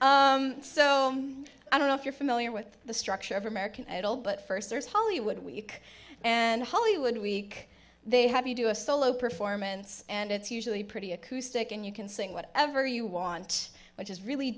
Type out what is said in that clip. yes so i don't know if you're familiar with the structure of american idol but first there's hollywood week and hollywood week they have you do a solo performance and it's usually pretty acoustic and you can sing whatever you want which is really